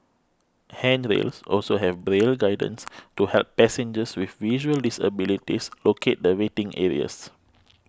handrails also have Braille guidance to help passengers with visual disabilities locate the waiting areas